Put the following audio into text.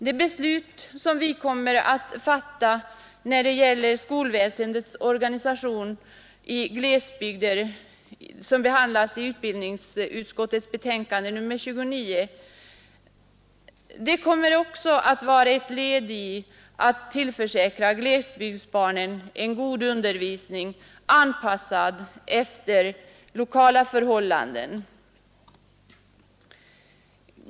Det beslut vi kommer att fatta när det gäller skolväsendets organisation i glesbygder — det behandlas i utbildningsutskottets betänkande nr 29 — kommer också att vara ett led i att tillförsäkra glesbygdsbarnen en god undervisning anpassad efter lokala förhållanden.